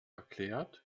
erklärt